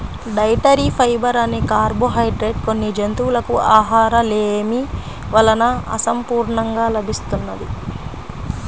dietary fibre అనే carbohydrate కొన్ని జంతువులకు ఆహారలేమి వలన అసంపూర్ణంగా లభిస్తున్నది